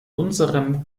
unserem